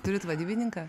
turit vadybininką